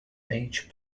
age